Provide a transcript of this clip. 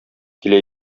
килә